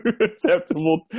Acceptable